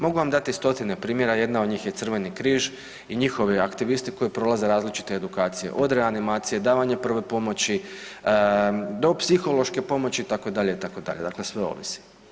Mogu vam dati stotine primjera, jedna od njih je Crveni križ i njihovi aktivisti koji prolaze različite edukacije, od reanimacije, davanje prve pomoći do psihološke pomoći, itd., itd., dakle sve ovisi.